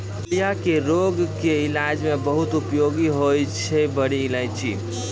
पीलिया के रोग के इलाज मॅ बहुत उपयोगी होय छै बड़ी इलायची